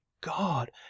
god